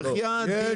בחייאת.